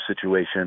situation